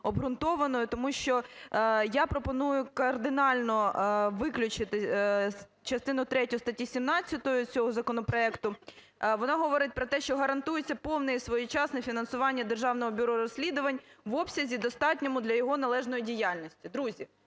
обґрунтованою. Тому що я пропоную кардинально виключити частину третю статті 17 з цього законопроекту. Вона говорить про те, що гарантується повне і своєчасне фінансування Державного бюро розслідувань в обсязі, достатньому для його належної діяльності. Друзі,